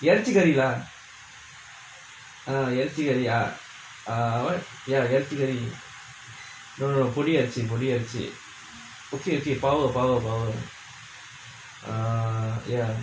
iraichi curry lah ah iraichi curry ah uh what ya iraichi curry no no podi iraichi podi iraichi iraichhi podi iraichhi okay okay power power power err ya